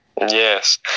Yes